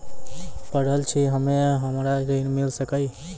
पढल छी हम्मे हमरा ऋण मिल सकई?